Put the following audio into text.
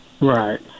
Right